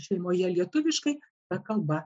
šeimoje lietuviškai na kalba